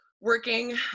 working